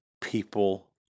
people